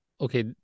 okay